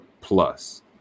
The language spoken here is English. plus